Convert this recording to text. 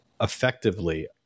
effectively